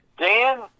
Dan